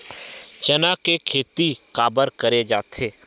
चना के खेती काबर करे जाथे?